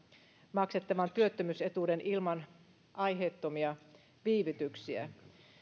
maksettavan työttömyysetuuden ilman aiheettomia viivytyksiä